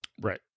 Right